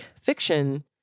fiction